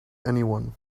anyone